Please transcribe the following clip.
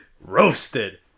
roasted